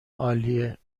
عالیه